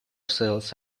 cells